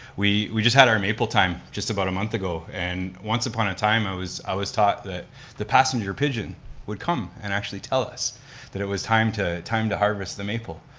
we we just had our maple time just about a month ago, and once upon a time, i was i was taught that the passenger pigeon would come and actually tell us that it was time to, time to harvest the maple,